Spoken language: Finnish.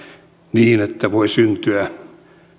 niin että voi syntyä